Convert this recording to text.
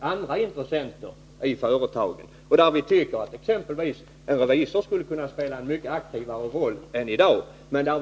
andraiintressenter i företagen. Vi tycker att exempelvis en revisor skall kunna spela en mycket aktivare roll än som i dag är fallet.